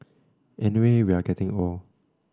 anyway we are getting old